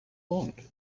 want